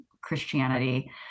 Christianity